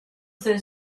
the